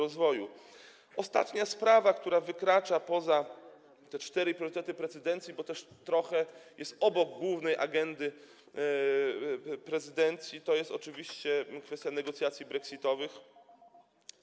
Ostatnia sprawa, która wykracza poza te cztery priorytety prezydencji, bo też trochę jest obok głównej agendy prezydencji, to jest oczywiście kwestia negocjacji brexitowych.